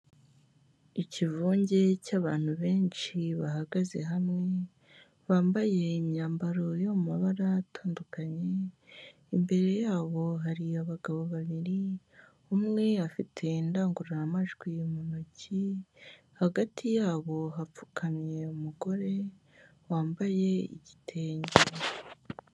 Ikivunge cy'abantu benshi bahagaze hamwe bambaye imyambaro yo mu mabara atandukanye, imbere yabo hari abagabo babiri umwe afite indangururamajwi mu ntoki, hagati yabo hapfukamye umugore wambaye igitenge.